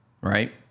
Right